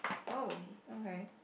oh okay